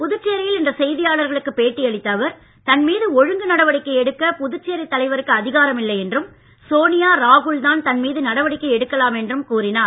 புதுச்சேரியில் இன்று செய்தியாளர்களுக்கு பேட்டியளித்த அவர் தன் மீது ஒழுங்கு நடவடிக்கை எடுக்க புதுச்சேரி தலைவருக்கு அதிகாரமில்லை என்றும் சோனியாராகுல் தான் தன் மீது நடவடிக்கை எடுக்கலாம் என்றும் கூறினார்